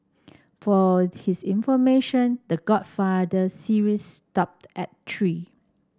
for his information The Godfather series stopped at three